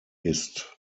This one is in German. ist